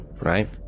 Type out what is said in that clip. right